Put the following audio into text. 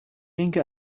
اینکه